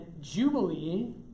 jubilee